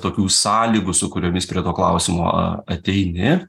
tokių sąlygų su kuriomis prie to klausimo ateini